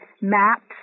maps